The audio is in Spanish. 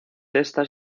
testa